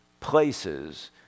places